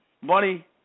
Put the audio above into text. Money